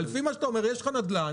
אבל לפי מה שאתה אומר יש לך נדל"ן,